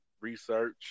Research